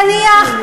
נניח,